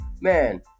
Man